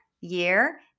year